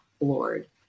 Lord